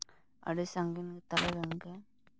ᱟᱹᱰᱤ ᱥᱟᱺᱜᱤᱧ ᱜᱮᱛᱟᱞᱮᱭᱟ ᱵᱮᱝᱠᱮ